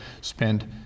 spend